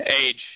Age